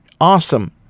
awesome